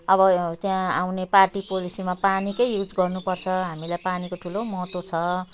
अब त्यहाँ आउने पार्टी पोलेसीमा पानीकै युज गर्नु पर्छ हामीलाई पानीको ठुलो महत्व छ